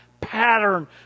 pattern